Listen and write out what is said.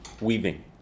weaving